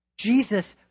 Jesus